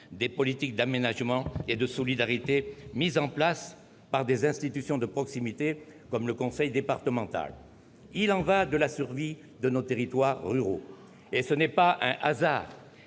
des politiques d'aménagement et de solidarité mises en place par des institutions de proximité comme le conseil départemental : il y va de la survie de nos territoires ruraux ! Et ce n'est pas un hasard